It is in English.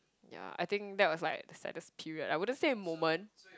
yeah I think that was like the saddest period I wouldn't say a moment